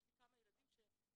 יש לי כמה ילדים שאמרו,